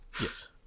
Yes